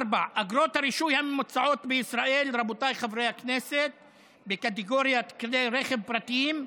אגרות הרישוי הממוצעות בישראל בקטגוריית כלי רכב פרטיים,